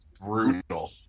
brutal